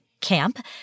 camp